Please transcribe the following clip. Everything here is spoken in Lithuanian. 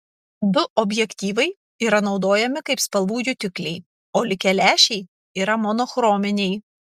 du objektyvai yra naudojami kaip spalvų jutikliai o likę lęšiai yra monochrominiai